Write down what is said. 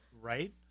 Right